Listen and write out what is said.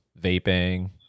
vaping